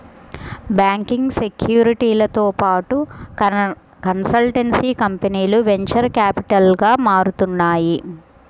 banking, సెక్యూరిటీలతో పాటు consultancy కంపెనీలు వెంచర్ క్యాపిటల్గా మారుతున్నాయి